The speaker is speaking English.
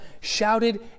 shouted